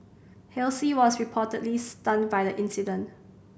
Halsey was reportedly stunned by the incident